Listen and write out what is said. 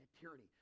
tyranny